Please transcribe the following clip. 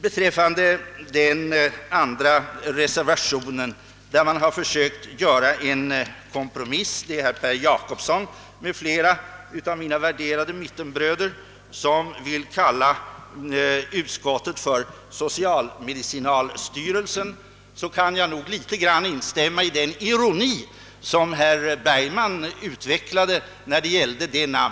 I den andra reservationen försöker herr Per Jacobsson m.fl. av mina värderade mittenbröder att göra en kompromiss och vill kalla verket socialmedicinalstyrelsen. Vad detta namn beträffar kan jag i viss mån instämma i den ironi som herr Bergman utvecklade.